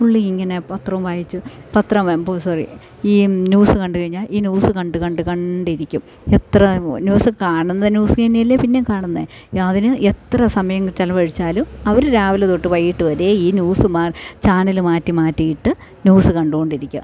പുള്ളി ഇങ്ങനെ പത്രം വായിച്ച് പത്രം വെമ്പോസറി ഈ ന്യൂസ് കണ്ടു കഴിഞ്ഞാൽ ഈ ന്യൂസ് കണ്ടു കണ്ട് കണ്ടിരിക്കും എത്ര ന്യൂസ് കാണുന്ന ന്യൂസ് തന്നെയല്ലേ പിന്നെയും കാണുന്നത് അതിന് എത്ര സമയം ചിലവഴിച്ചാലും അവർ രാവിലെ തൊട്ട് വൈകിയിട്ടു വരെ ഈ ന്യൂസ് മാറി ചാനൽ മാറ്റി മാറ്റിയിട്ട് ന്യൂസ് കണ്ടു കൊണ്ടിരിക്കും